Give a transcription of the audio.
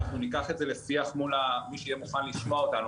אנחנו ניקח את זה לשיח מול מי שיהיה מוכן לשמוע אותנו